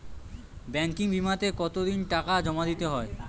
Banking বিমাতে কত দিন টাকা জমা দিতে হয়?